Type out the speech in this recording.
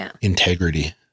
integrity